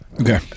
Okay